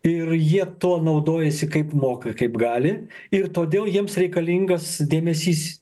ir jie tuo naudojasi kaip moka kaip gali ir todėl jiems reikalingas dėmesys